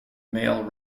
male